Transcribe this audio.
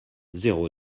zéro